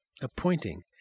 appointing